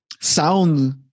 sound